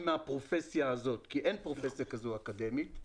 מהפרופסיה הזאת כי אין פרופסיה אקדמית כזאת.